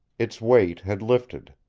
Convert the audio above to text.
its weight had lifted.